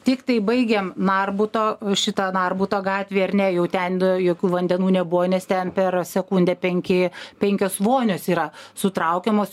tiktai baigėm narbuto šitą narbuto gatvė ar ne jau ten jokių vandenų nebuvo nes ten per sekundę penki penkios vonios yra sutraukiamos